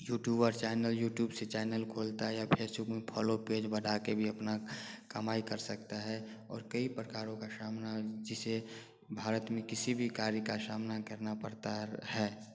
YouTuber channel YouTube से channel खोलता है या फेसबुक में फॉलो पेज बना के भी अपनी कमाई कर सकता है और कई प्रकारों का सामना जिसे भारत में किसी भी कार्य का सामना करना पड़ता है